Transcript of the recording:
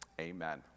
Amen